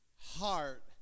Heart